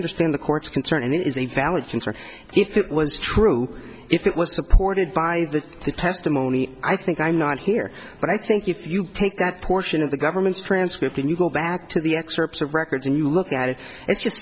understand the court's concern and it is a valid concern if it was true if it was supported by the testimony i think i'm not here but i think if you take that portion of the government's transcript and you go back to the excerpts of records and you look at it it's just